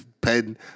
pen